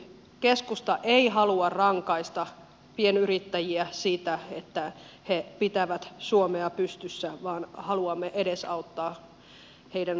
keskusta ei halua rankaista pienyrittäjiä siitä että he pitävät suomea pystyssä vaan haluamme edesauttaa heidän selviytymistään